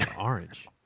Orange